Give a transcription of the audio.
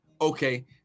Okay